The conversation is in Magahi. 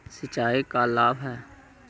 सिंचाई का लाभ है?